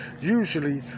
usually